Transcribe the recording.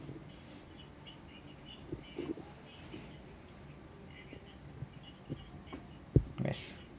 yes